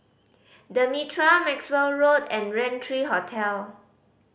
The Mitraa Maxwell Road and Rain Three Hotel